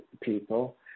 people